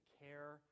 care